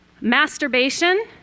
Masturbation